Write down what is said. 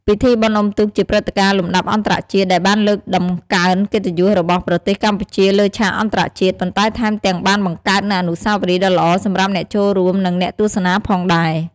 ពិធីបុណ្យអុំទូកជាព្រឹត្តិការណ៍លំដាប់អន្តរជាតិ ដែលបានលើកតម្កើងកិត្តិយសរបស់ប្រទេសកម្ពុជាលើឆាកអន្តរជាតិ ប៉ុន្តែថែមទាំងបានបង្កើតនូវអនុស្សាវរីយ៍ដ៏ល្អសម្រាប់អ្នកចូលរួម និងអ្នកទស្សនាផងដែរ។